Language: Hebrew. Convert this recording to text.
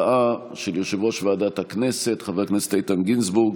הודעת יושב-ראש ועדת הכנסת 6 איתן גינזבורג